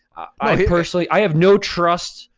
ah personally, i have no trust,